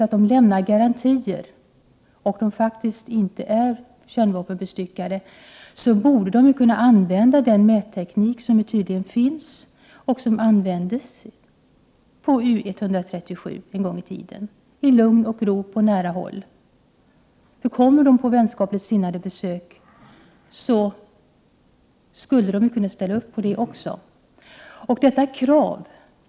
Om det lämnas garantier och de faktiskt inte är kärnvapenbestyckade, borde man i lugn och ro på nära håll kunna använda den mätteknik som tydligen finns och som användes på U137 en gång i tiden. Om de kommer på vänskapligt sinnade besök, borde de ju kunna ställa upp på detta.